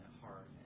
heart